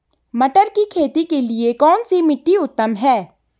मटर की खेती के लिए कौन सी मिट्टी उत्तम है?